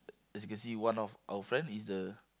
as you can see one of our friend is the